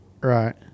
Right